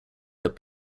that